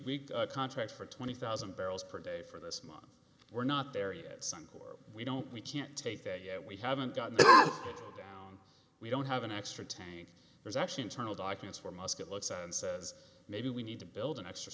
we contract for twenty thousand barrels per day for this month we're not there yet suncor we don't we can't take that yet we haven't got it down we don't have an extra tank there's actually internal documents for musk it looks and says maybe we need to build an extra